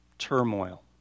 turmoil